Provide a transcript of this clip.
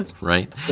Right